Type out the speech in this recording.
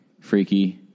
freaky